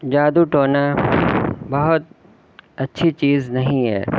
جادو ٹونا بہت اچھی چیز نہیں ہے